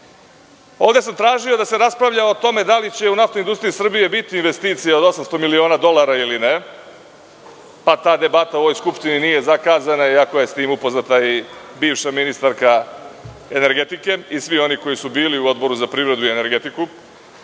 sam tražio da se raspravlja o tome da li će u NIS-u biti investicija od 800 miliona dolara ili ne, pa ta debata u ovoj Skupštini nije zakazana, iako je sa tim upoznata i bivša ministarka energetike i svi oni koji su bili u Odboru za privredu i energetiku.